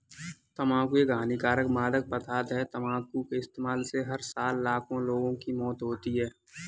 तंबाकू एक हानिकारक मादक पदार्थ है, तंबाकू के इस्तेमाल से हर साल लाखों लोगों की मौत होती है